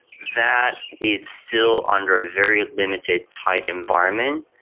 that is still under very limited tied environment.